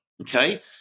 okay